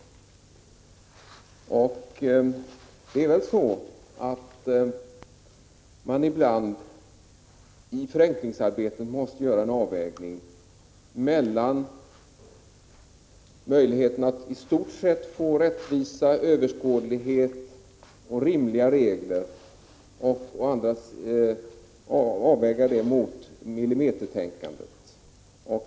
Det är väl så att man i förenklingsarbetet ibland måste avväga möjligheten att i stort få rättvisa, överskådlighet och rimliga regler mot ett millimetertänkande.